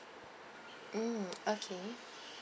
mm okay